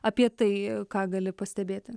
apie tai ką gali pastebėti